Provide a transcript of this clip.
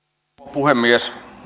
puhemies